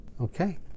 Okay